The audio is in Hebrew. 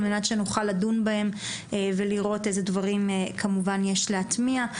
על מנת שנוכל לדון בהם ולראות איזה דברים כמובן יש להטמיע.